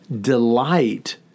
delight